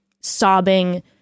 sobbing